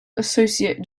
associate